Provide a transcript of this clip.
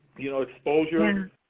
you know, exposure, and